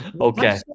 okay